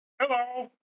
hello